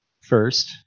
First